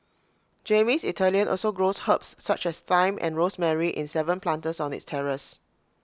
Jamie's Italian also grows herbs such as thyme and rosemary in Seven planters on its terrace